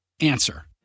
Answer